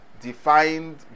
defined